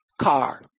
car